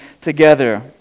together